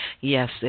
yes